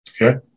Okay